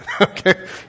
Okay